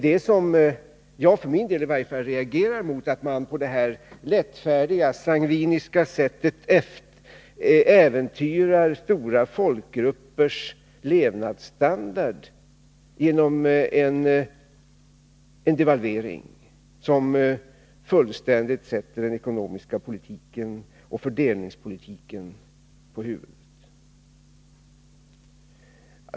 Det jag för min del reagerar mot är att man på det här lättfärdiga, sangviniska sättet äventyrar stora folkgruppers levnadsstandard genom en devalvering som fullständigt ställer den ekonomiska politiken och fördelningspolitiken på huvudet.